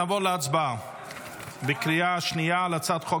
נעבור להצבעה בקריאה שנייה על הצעת חוק